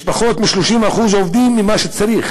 יש פחות מ-30% עובדים ממה שצריך;